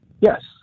Yes